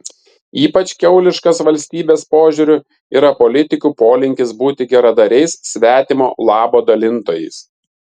ypač kiauliškas valstybės požiūriu yra politikų polinkis būti geradariais svetimo labo dalintojais